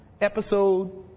episode